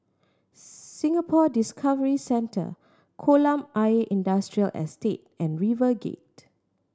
Singapore Discovery Centre Kolam Ayer Industrial Estate and RiverGate